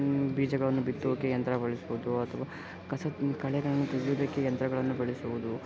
ಬೀಜಗಳನ್ನು ಬಿತ್ತೋಕ್ಕೆ ಯಂತ್ರ ಬಳಸ್ಬೋದು ಅಥವಾ ಕಸ ಕಳೆಗಳನ್ನು ತೆಗೆಯೋದಕ್ಕೆ ಯಂತ್ರಗಳನ್ನು ಬಳಸ್ಬೋದು